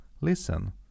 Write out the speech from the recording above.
listen